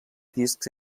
discs